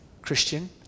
Christian